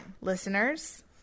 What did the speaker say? Listeners